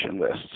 lists